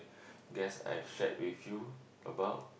guess I shared with you about